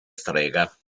strega